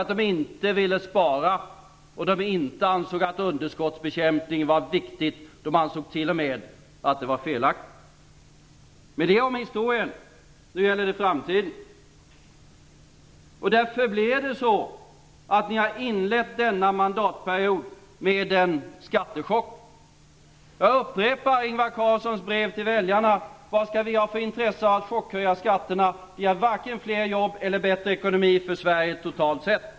Man ville inte spara och ansåg inte att underskottsbekämpningen var viktig. Man ansåg t.o.m. att den var felaktig. Men detta gällde historien - nu gäller det framtiden. Ni har inlett denna mandatperiod med en skattechock. Jag refererar återigen ur Ingvar Carlssons brev till väljarna: Vad skall vi ha för intresse av att chockhöja skatterna? Det ger varken fler jobb eller bättre ekonomi för Sverige totalt sett.